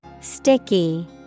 Sticky